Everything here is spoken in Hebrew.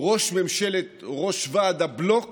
ראש ועד הבלוק